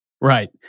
Right